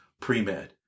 pre-med